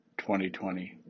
2020